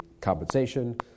compensation